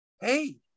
Hey